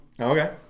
Okay